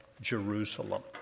Jerusalem